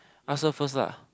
ask her first lah